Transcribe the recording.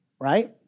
right